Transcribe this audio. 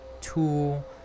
tool